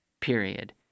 period